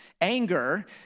Anger